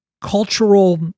cultural